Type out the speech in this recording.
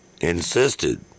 insisted